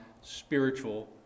spiritual